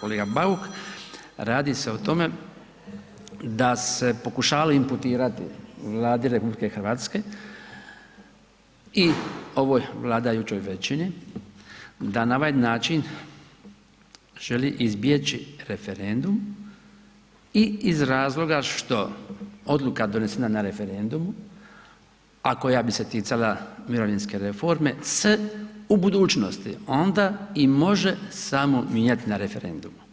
kolega Bauk, radi se o tome da se pokušava imputirati Vladi RH i ovoj vladajućoj većini da na ovaj način želi izbjeći referendum i iz razloga što odluka donesena na referendumu, a koja bi se ticala mirovinske reforme se u budućnosti onda i može samo mijenjati na referendumu.